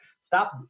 stop